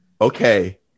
okay